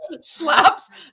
slaps